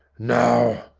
now!